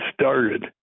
started